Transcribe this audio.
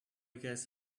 guess